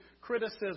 criticism